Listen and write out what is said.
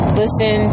listen